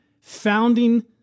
founding